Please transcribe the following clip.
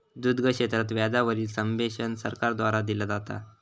दुग्ध क्षेत्रात व्याजा वरील सब्वेंशन सरकार द्वारा दिला जाता